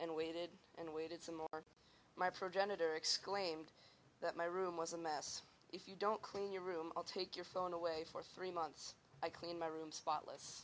and waited and waited some more my progenitor exclaimed that my room was a mess if you don't clean your room i'll take your phone away for three months i clean my room spotless